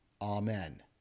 Amen